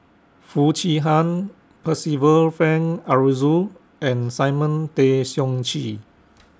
Foo Chee Han Percival Frank Aroozoo and Simon Tay Seong Chee